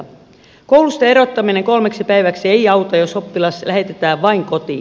koulusta erottaminen kolmeksi päiväksi ei auta jos oppilas lähetetään vain kotiin